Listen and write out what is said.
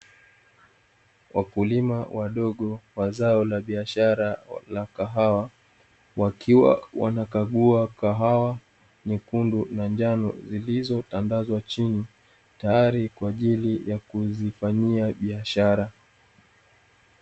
Wakulima wadogo wa zao la biashara la kahawa, wakiwa wanakagua kahawa nyekundu na njano, zilizotandazwa chini tayari kwa ajili ya kuzifanyia biashara.